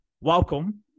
welcome